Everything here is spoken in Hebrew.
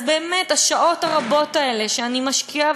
אז באמת בשעות הרבות האלה שאני משקיעה